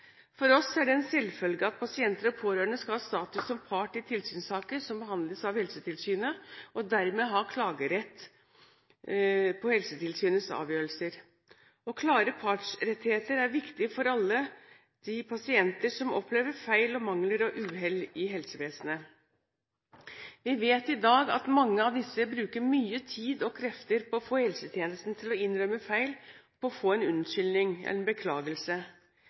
For oss er det en selvfølge at pasienter og pårørende skal ha status som part i tilsynssaker som behandles av Helsetilsynet, og dermed ha klagerett på Helsetilsynets avgjørelser. Klare partsrettigheter er viktig for alle de pasienter som opplever feil, mangler og uhell i helsevesenet. Vi vet i dag at mange av disse bruker mye tid og krefter på å få helsetjenesten til å innrømme feil, og på å få en unnskyldning, en beklagelse.